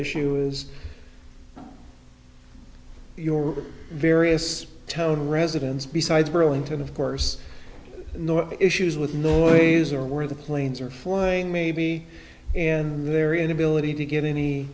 issue is your various town residents besides burlington of course no issues with no noise or where the planes are flying maybe and their inability to get any